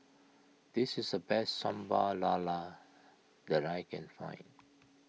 this is the best Sambal Lala that I can find